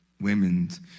women's